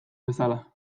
bezala